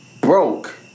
broke